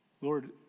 Lord